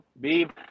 Beep